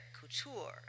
couture